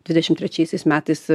dvidešimt trečiaisiais metais